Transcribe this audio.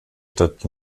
stadt